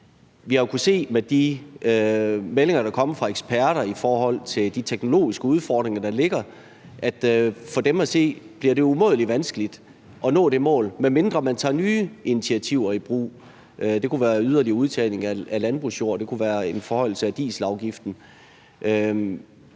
Vi har jo kunnet se på de meldinger, der er kommet fra eksperter i forhold til de teknologiske udfordringer, der ligger, at for dem at se bliver det umådelig vanskeligt at nå det mål, medmindre man tager nye initiativer i brug. Det kunne være yderligere udtagning af landbrugsjorder; det kunne være en forhøjelse af dieselafgiften.